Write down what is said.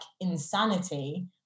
insanity